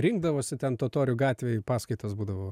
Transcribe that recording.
rinkdavosi ten totorių gatvėj paskaitos būdavo